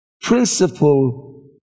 Principle